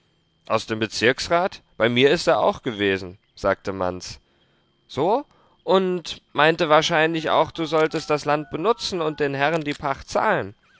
aus dem bezirksrat bei mir ist er auch gewesen sagte manz so und meinte wahrscheinlich auch du solltest das land benutzen und den herren die pacht zahlen